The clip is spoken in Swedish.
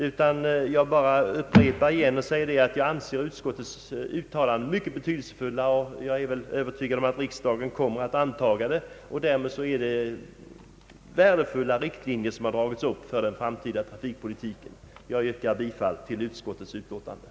Jag vill bara upprepa att jag anser utskottets uttalande mycket betydelsefullt, och jag är övertygad om att riksdagen kommer att anta det. Därmed har värdefulla riktlinjer dragits upp för den framtida trafikpolitiken. Jag yrkar bifall till utskottets hemställan.